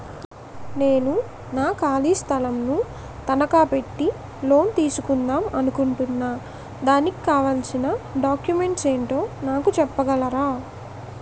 నేను నా ఖాళీ స్థలం ను తనకా పెట్టి లోన్ తీసుకుందాం అనుకుంటున్నా దానికి కావాల్సిన డాక్యుమెంట్స్ ఏంటో నాకు చెప్పగలరా?